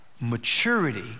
maturity